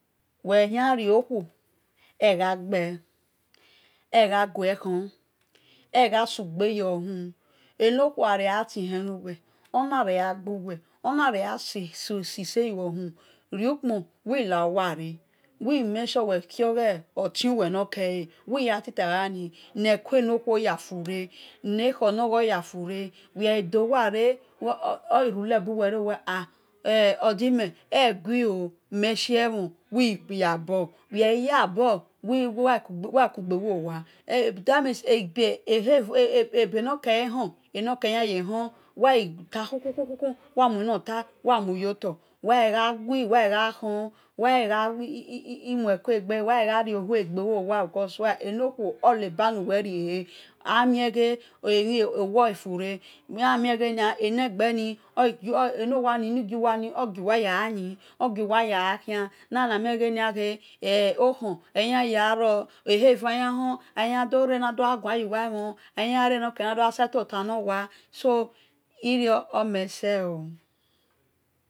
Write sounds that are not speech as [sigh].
Weghu yan rio khuo egba ghe egbu gue khen eghu sugbe yo-hu enokhuo ghare gha ti hen nuwel ona ghegbuwa onuregha shi-se huwo humu wil na hio ware wil maysure weh kioghe holu nowel or ogho tiuwe nokele wil ya lita bhebhan neko nokuo yafue wel ghui dol ware oghi rule bawel re owe̱ ah e̱ odime egui oo meshiemhon will yabo eho-ever yan hon wa ghi ta khu-khu mamue nota wah muyo tor wa ghe gui wa ghe khon rumuda eno-khuo oneba nawel e̱ amie ghe owaghi fule anie wel ghe enegheni ofure eni giowani oyiywe yi eghi fure okhon e yan ye gharo ehey va yan hon ayada re na do gha guan ya wa mhon aya re nado sha shettle oba no wah so irio omeh seoo [hesitation]